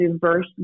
diverse